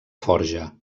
forja